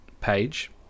page